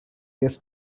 this